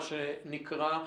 מה שנקרא,